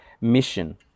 mission